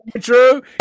true